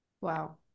Wow